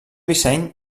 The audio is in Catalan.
disseny